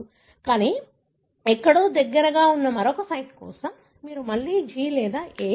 కానీ ఎక్కడో దగ్గరగా దగ్గరగా ఉన్న మరొక సైట్ కోసం మీకు మళ్లీ G లేదా A